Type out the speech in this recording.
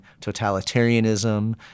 totalitarianism